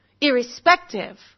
irrespective